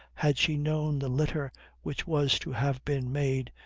had she known the litter which was to have been made,